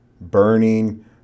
burning